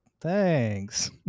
thanks